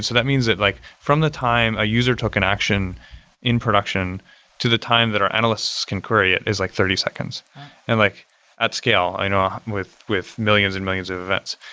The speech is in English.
so that means that like from the time a user took an action in production to the time that our analysts can query it is like thirty seconds and like at scale you know with with millions and millions of events.